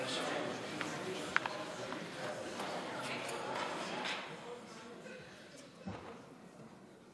וזה לא רלוונטי, תומך טרור על מלא אתה.